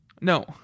No